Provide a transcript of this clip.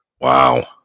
Wow